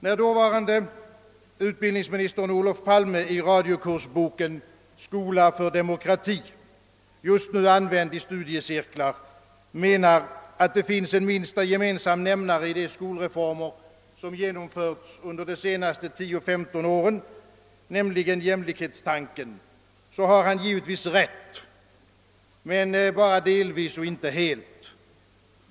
När dåvarande utbildningsministern Olof Palme i radiokursboken »Skola för demokrati«, just nu använd i studiecirklar, menar, att det finns en minsta gemensam nämnare i de skolreformer som genomförts under de senaste tio, femton åren, nämligen jämlikhetstanken, har han givetvis rätt men bara delvis och inte helt.